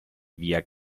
via